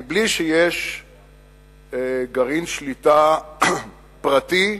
מבלי שיש גרעין שליטה פרטי,